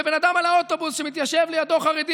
בן אדם באוטובוס שמתיישב לידו חרדי,